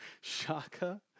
Shaka